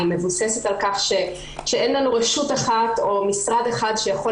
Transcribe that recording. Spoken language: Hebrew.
היא מבוססת על כך שאין לנו רשות אחת או משרד אחד שיכול